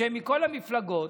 שהם מכל המפלגות,